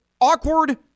Awkward